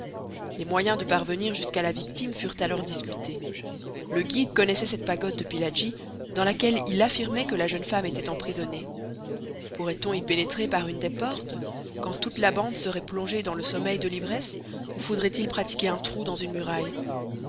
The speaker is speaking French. les moyens de parvenir jusqu'à la victime furent alors discutés le guide connaissait cette pagode de pillaji dans laquelle il affirmait que la jeune femme était emprisonnée pourrait-on y pénétrer par une des portes quand toute la bande serait plongée dans le sommeil de l'ivresse ou faudrait-il pratiquer un trou dans une muraille